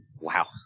Wow